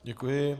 Děkuji.